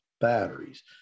batteries